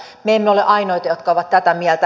me emme ole ainoita jotka ovat tätä mieltä